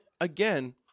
again